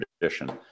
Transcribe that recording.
tradition